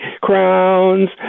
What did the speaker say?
crowns